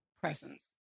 presence